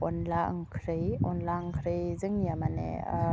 अनला ओंख्रै अनला ओंख्रै जोंनिया माने